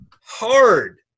hard